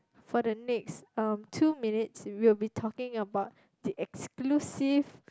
for the next um two minutes we'll be talking about the exclusive